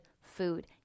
food